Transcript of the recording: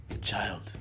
Child